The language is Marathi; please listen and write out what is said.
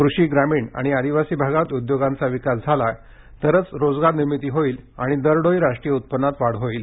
कृषी ग्रामीण आणि आदिवासी भागात उद्योगांचा विकास झाला तरच रोजगार निर्मिती होईल आणि दरडोई राष्ट्रीय उत्पन्नात वाढ होईल